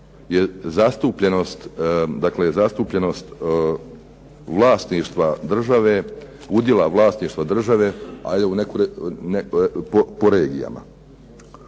je zastupljenost vlasništva države, udjela vlasništva države, ajde